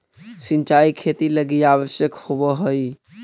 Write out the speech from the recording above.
सिंचाई खेती लगी आवश्यक होवऽ हइ